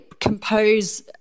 compose